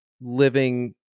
living